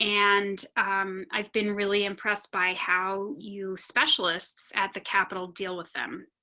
and i've been really impressed by how you specialists at the capitol deal with them.